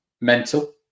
mental